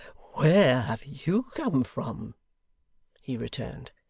where have you come from he returned,